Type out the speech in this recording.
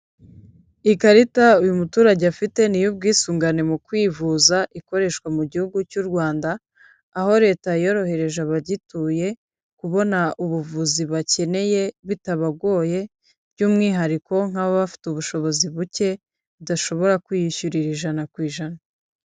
Ikarita uyu muturage afite ni iy'ubwisungane mu kwivuza ikoreshwa mu gihugu cy'u Rwanda, aho leta yorohereje abagituye kubona ubuvuzi bakeneye bitabagoye, by'umwihariko nk'ababa bafite ubushobozi buke badashobora kwiyishyurira ijana ku ijana.